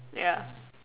ya